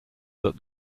that